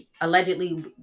allegedly